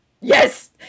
Yes